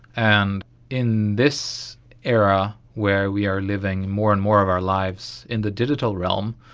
and in this era where we are living more and more of our lives in the digital realm,